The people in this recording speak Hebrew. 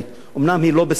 אומנם היא לא בסדר עדיפות,